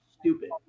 stupid